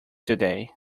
today